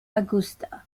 augusta